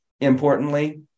importantly